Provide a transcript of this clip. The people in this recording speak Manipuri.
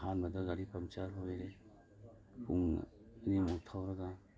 ꯑꯍꯥꯟꯕꯗ ꯒꯥꯔꯤ ꯄꯝꯆꯔ ꯑꯣꯏꯔꯦ ꯄꯨꯡ ꯑꯅꯤꯃꯨꯛ ꯊꯧꯔꯒ